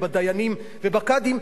ודיינים וקאדים,